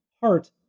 Heart